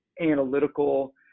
analytical